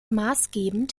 maßgebend